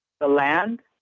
the land,